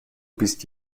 bist